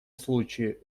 случае